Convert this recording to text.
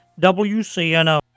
WCNO